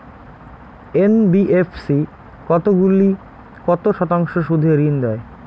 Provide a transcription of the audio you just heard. NBFC কতগুলি কত শতাংশ সুদে ঋন দেয়?